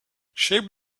shape